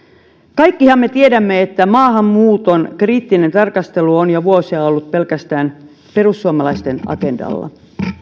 kaikkihan me tiedämme että maahanmuuton kriittinen tarkastelu on jo vuosia ollut pelkästään perussuomalaisten agendalla